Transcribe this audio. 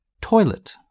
Toilet